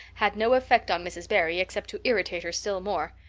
had no effect on mrs. barry except to irritate her still more.